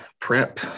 prep